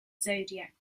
zodiac